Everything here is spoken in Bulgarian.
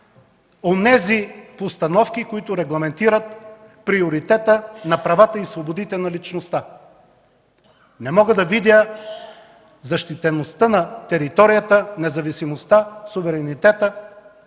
онези постановки, които регламентират приоритета на правата и свободите на личността; не мога да видя защитеността на територията, независимостта, суверенитета;